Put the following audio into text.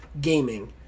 gaming